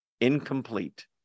incomplete